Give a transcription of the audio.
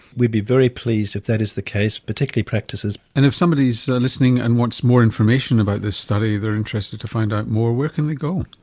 we'd be very pleased if that is the case particularly practices. and if somebody is listening and wants more information about this study, they're interested to find out more where can they go?